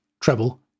treble